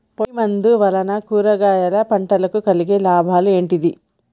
పొడిమందు వలన కూరగాయల పంటకు కలిగే లాభాలు ఏంటిది?